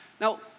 Now